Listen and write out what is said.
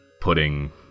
putting